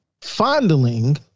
fondling